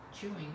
chewing